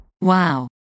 Wow